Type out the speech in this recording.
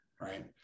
right